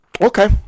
okay